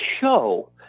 show